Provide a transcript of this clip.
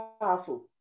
powerful